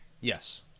Yes